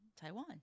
Taiwan